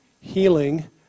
healing